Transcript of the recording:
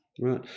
Right